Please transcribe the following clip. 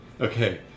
Okay